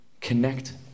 connect